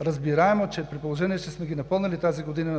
Разбираемо е, при положение че сме Ви напълнили тази година